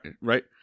Right